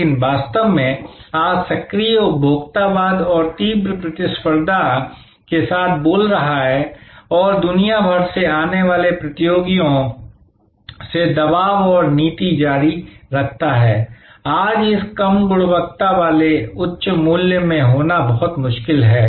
लेकिन वास्तव में आज सक्रिय उपभोक्तावाद और तीव्र प्रतिस्पर्धा के साथ बोल रहा है और दुनिया भर से आने वाले प्रतियोगियों से दबाव और नीति जारी रखता है आज इस कम गुणवत्ता वाले उच्च मूल्य में होना बहुत मुश्किल है